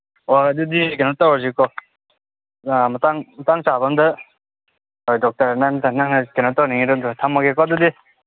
ꯍꯣꯏ ꯑꯗꯨꯗꯤ ꯀꯩꯅꯣ ꯇꯧꯔꯁꯤ ꯃꯇꯥꯡ ꯃꯇꯥꯡ ꯆꯥꯕ ꯑꯝꯗ ꯍꯣꯏ ꯗꯣꯛꯇꯔ ꯅꯪꯅ ꯀꯩꯅꯣ ꯇꯧꯅꯤꯡꯉꯤ ꯅꯠꯇ꯭ꯔꯣ ꯊꯝꯃꯒꯦꯀꯣ